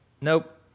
Nope